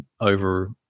over